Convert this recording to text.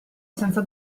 senza